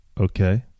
Okay